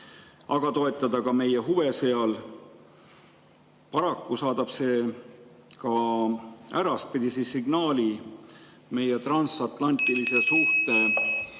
ei toeta ka meie huve seal. Paraku saadab see ka äraspidise signaali meie transatlantiliste suhete